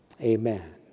Amen